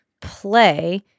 play –